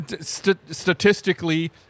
Statistically